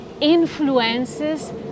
influences